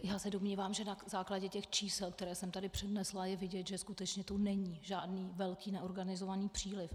Já se domnívám, že na základě těch čísel, která jsem tady přednesla, je vidět, že skutečně tu není žádný velký neorganizovaný příliv.